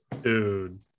Dude